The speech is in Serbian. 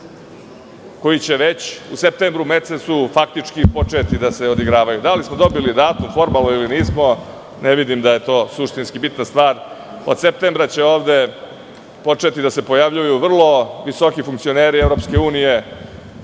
koji će već u septembru mesecu faktički početi da se odigravaju. Da li smo dobili datum formalno ili nismo, ne vidim da je to suštinski bitna stvar. Od septembra će ovde početi da se pojavljuju vrlo visoki funkcioneri EU, mora da se